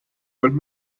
sollte